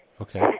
Okay